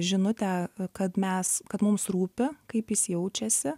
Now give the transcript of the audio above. žinutę kad mes kad mums rūpi kaip jis jaučiasi